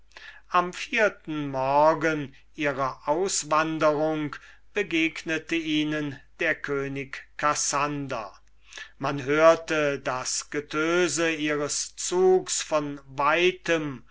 am vierten morgen ihrer auswanderung begegnete ihnen der könig kassander man hörte das getöse ihres zugs von weitem